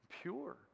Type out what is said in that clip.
pure